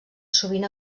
sovint